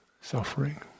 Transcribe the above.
suffering